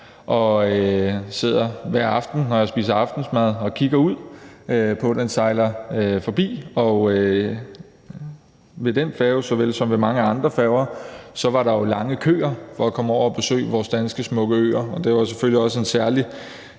og sidder hver aften, når jeg spiser aftensmad, og kigger ud på, at den sejler forbi. Ved denne færge såvel som ved så mange andre færger var der jo lange køer af mennesker for at komme over at besøge vores smukke danske øer, og det var selvfølgelig også en særlig